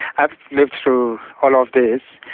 i've lived through all of this.